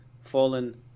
fallen